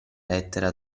lettera